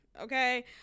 okay